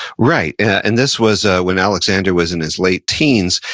right. and this was ah when alexander was in his late teens,